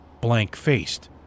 blank-faced